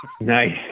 Nice